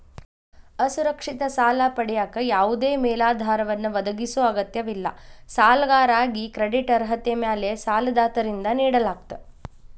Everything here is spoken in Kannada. ಅಸುರಕ್ಷಿತ ಸಾಲ ಪಡೆಯಕ ಯಾವದೇ ಮೇಲಾಧಾರವನ್ನ ಒದಗಿಸೊ ಅಗತ್ಯವಿಲ್ಲ ಸಾಲಗಾರಾಗಿ ಕ್ರೆಡಿಟ್ ಅರ್ಹತೆ ಮ್ಯಾಲೆ ಸಾಲದಾತರಿಂದ ನೇಡಲಾಗ್ತ